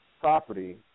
Property